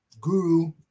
guru